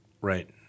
Right